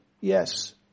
yes